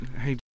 Hey